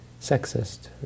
sexist